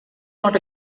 not